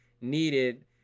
needed